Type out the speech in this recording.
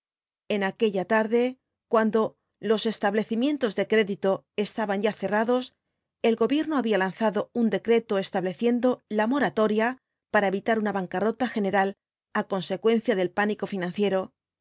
en aquella tarde cuando los establecimientos de crédito estaban ya cerrados el gobierno había lanzado un decreto estableciendo la moratoria para evitar una bancarrota general á consecuencia del pánico financiero